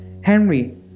Henry